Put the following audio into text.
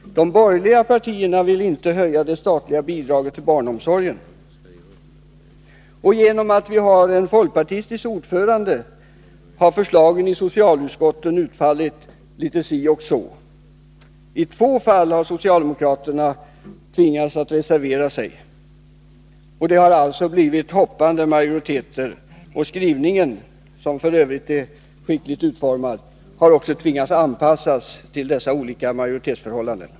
De borgerliga karensdagar, partierna vill inte höja det statliga bidraget till barnomsorgen. Genom att vi mm.m. har en folkpartistisk ordförande i socialutskottet har förslagen därifrån utfallit litet si och så. I två fall har socialdemokraterna tvingats reservera sig. Det har alltså blivit hoppande majoriteter. Skrivningen, som f. ö. är skickligt utformad, har också tvingats anpassas till dessa olika majoritetsförhållanden.